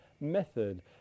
method